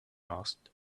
asked